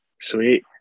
Sweet